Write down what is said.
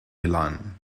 milan